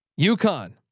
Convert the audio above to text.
UConn